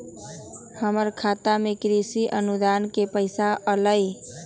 हमर खाता में कृषि अनुदान के पैसा अलई?